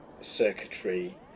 circuitry